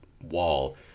wall